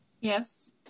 Yes